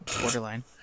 borderline